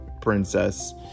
princess